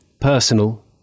Personal